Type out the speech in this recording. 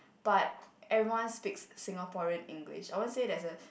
but everyone speaks Singaporean English I won't say there's a